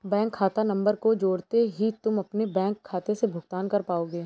bank खाता number को जोड़ते ही तुम अपने बैंक खाते से भुगतान कर पाओगे